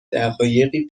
دقایقی